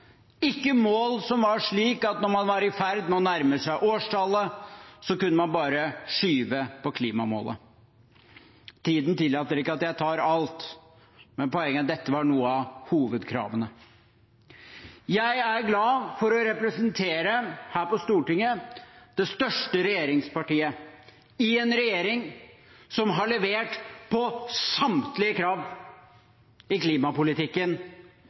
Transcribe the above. ikke mål som var slik at når man var i ferd med å nærme seg årstallet, kunne man bare skyve på klimamålet. Tiden tillater ikke at jeg tar alt, men poenget er at dette var noen av hovedkravene. Jeg er glad for å representere det største regjeringspartiet på Stortinget, som har levert på samtlige krav i klimapolitikken